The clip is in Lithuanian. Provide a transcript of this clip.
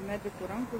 medikų rankų